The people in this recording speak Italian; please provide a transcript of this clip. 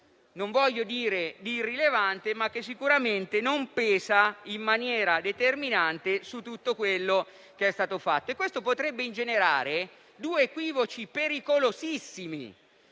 non voglio dire di irrilevante, ma che sicuramente non pesa in maniera determinante su tutto quello che è stato fatto. Questo potrebbe ingenerare due equivoci pericolosissimi: